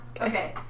Okay